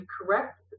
correct